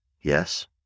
yes